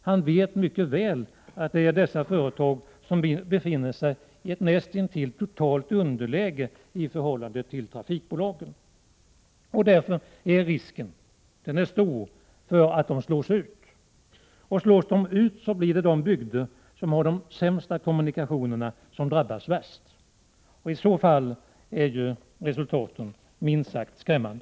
Han vet mycket väl att det är dessa företag som befinner sig i ett nästintill totalt underläge i förhållande till trafikbolagen. Därför är risken för att de slås ut stor. Om de slås ut, blir det de bygder som har de sämsta kommunikationerna som drabbas värst. I så fall är resultaten minst sagt skrämmande.